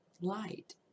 light